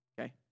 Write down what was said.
okay